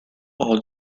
all